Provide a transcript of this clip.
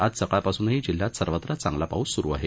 आज सकाळ पासून ही जिल्ह्यात सर्वत्र चांगला पाऊस सुरू आहे